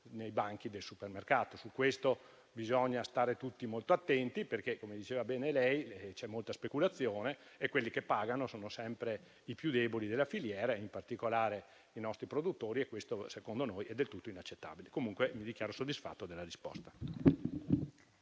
nei banchi del supermercato. Su questo bisogna stare tutti molto attenti perché, come diceva, c'è molta speculazione e a pagare sono sempre i più deboli della filiera, in particolare i nostri produttori, e secondo noi questo è del tutto inaccettabile. Mi dichiaro comunque soddisfatto della risposta.